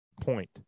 point